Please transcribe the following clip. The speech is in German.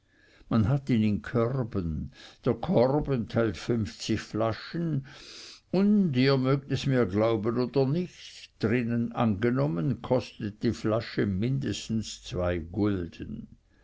man hat ihn in körben der korb enthält fünfzig flaschen und ihr mögt es mir glauben oder nicht drinnen angenommen kostet die flasche geringsten zwei gulden